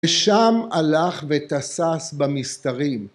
‫שם הלך ותסס במסתרים.